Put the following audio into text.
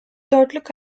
dörtlük